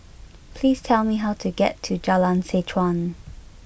please tell me how to get to Jalan Seh Chuan